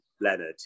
Leonard